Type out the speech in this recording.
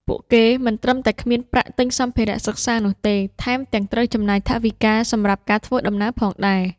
ពួកគេមិនត្រឹមតែគ្មានប្រាក់ទិញសម្ភារៈសិក្សានោះទេ ថែមទាំងត្រូវចំណាយថវិកាសម្រាប់ការធ្វើដំណើរផងដែរ។